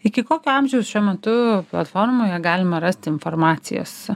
iki kokio amžiaus šiuo metu platformoje galima rasti informacijos